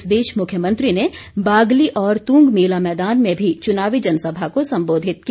इस बीच मुख्यमंत्री ने बागली और तूंग मेला मैदान में भी चुनावी जनसभा को संबोधित किया